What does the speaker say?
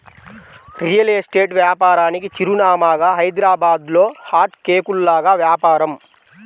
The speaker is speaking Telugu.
రియల్ ఎస్టేట్ వ్యాపారానికి చిరునామాగా హైదరాబాద్లో హాట్ కేకుల్లాగా వ్యాపారం